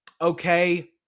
okay